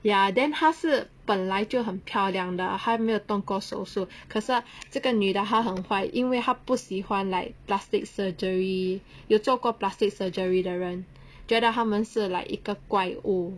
ya then 她是本来就很漂亮的还没有动过手术可是这个女的她很坏因为她不喜欢 like plastic surgery 有做过 plastic surgery 的人觉得他们是 like 一个怪物